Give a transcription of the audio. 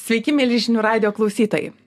sveiki mieli žinių radijo klausytojai